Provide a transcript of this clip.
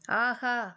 ஆஹா